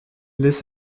laisse